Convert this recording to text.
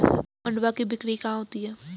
मंडुआ की बिक्री कहाँ होती है?